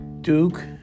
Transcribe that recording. Duke